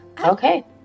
Okay